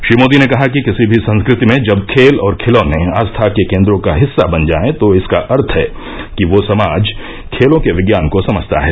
श्री मोदी ने कहा कि किसी भी संस्कृति में जब खेल और खिलौने आस्था के केन्द्रों का हिस्सा बन जाए तो इसका अर्थ है कि वो समाज खेलों के विज्ञान को समझता है